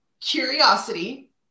curiosity